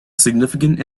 significant